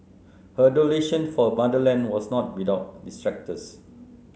her adulation for her motherland was not without detractors